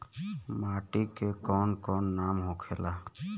माटी के कौन कौन नाम होखे ला?